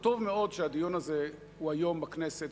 טוב מאוד שהדיון הזה נערך היום בכנסת,